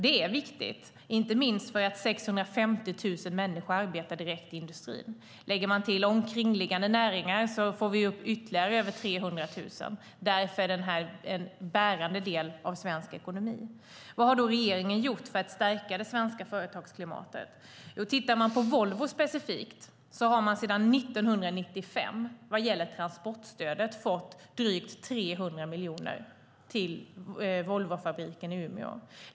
Det är viktigt, inte minst därför att 650 000 människor arbetar direkt i industrin. Lägger man till omkringliggande näringar blir det ytterligare över 300 000. Det här är alltså en bärande del av svensk ekonomi. Vad har då regeringen gjort för att stärka det svenska företagsklimatet? När det gäller Volvo specifikt har Volvo sedan 1995 fått i transportstöd drygt 300 miljoner till fabriken i Umeå.